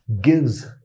gives